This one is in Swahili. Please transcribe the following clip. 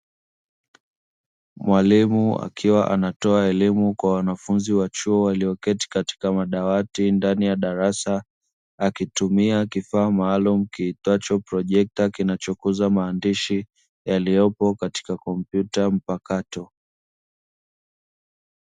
Mwalimu akiwa anatoa elimu kwa wanafunzi wachuo, walioketi katika madawati ndani ya darasa. Akitumia kifaa maalumu kiitwacho projekta, kinachokuza maandishi yaliyopo katika kompyuta mpakato.